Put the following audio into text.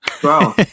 bro